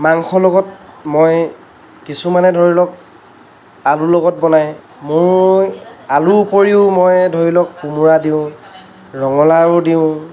মাংসৰ লগত মই কিছুমানে ধৰিলওক আলু লগত বনাই মই আলু উপৰিও মই ধৰিলওক কোমোৰা দিওঁ ৰঙলাও দিওঁ